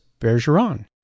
Bergeron